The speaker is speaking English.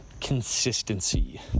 consistency